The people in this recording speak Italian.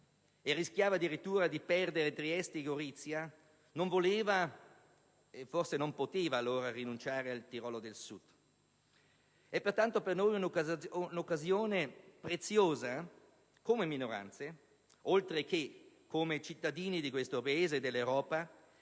rischiato addirittura di perdere Trieste e Gorizia, non voleva e forse non poteva rinunciare al Tirolo del Sud. È pertanto per noi un'occasione preziosa, come minoranze oltre che come cittadini di questo Paese e dell'Europa,